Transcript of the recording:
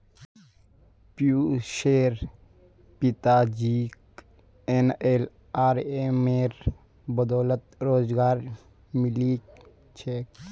पियुशेर पिताजीक एनएलआरएमेर बदौलत रोजगार मिलील छेक